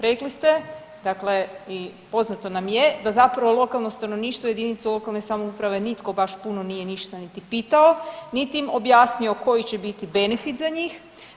Rekli ste, dakle i poznato nam je da zapravo lokalno stanovništvo, jedinice lokalne samouprave nitko baš puno nije ništa niti pitao niti im objasnio koji će biti benefit za njih.